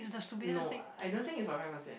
no I don't think is on five percent